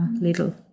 little